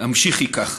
המשיכי כך.